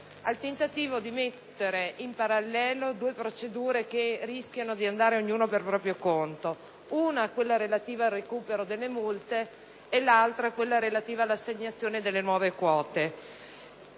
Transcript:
un tentativo di mettere in parallelo due procedure che rischiano di andare ognuna per proprio conto: una relativa al recupero delle multe e l'altra relativa all'assegnazione delle nuove quote.